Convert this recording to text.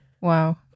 Wow